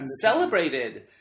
celebrated